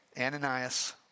ananias